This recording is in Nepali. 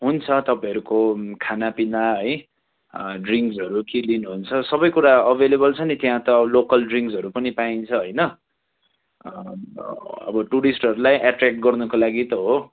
हुन्छ तपाईँहरूको खाना पिना है ड्रिङ्क्सहरू के लिनु हुन्छ सबै कुरा अभाइलेबल छ नि त्यहाँ त अब लोकल ड्रिन्क्सहरू पनि पाइन्छ होइन अब टुरिस्टहरूलाई एट्र्याक्ट गर्नुको लागि त हो